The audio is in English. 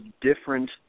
different